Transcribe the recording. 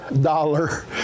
dollar